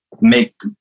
make